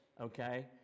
okay